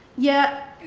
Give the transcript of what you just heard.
yet,